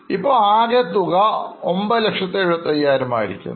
ഇപ്പോൾ ആകെ തുക 975000 ആയിരിക്കുന്നു